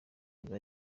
iba